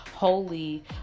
Holy